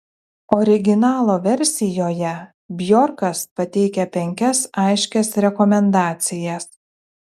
originalo versijoje bjorkas pateikia penkias aiškias rekomendacijas